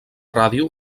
ràdio